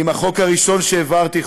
עם החוק הראשון שהעברתי,